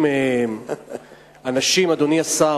אדוני השר,